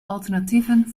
alternatieven